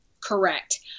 Correct